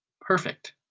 Perfect